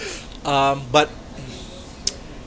um but